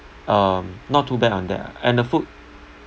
um not too bad on that ah and the food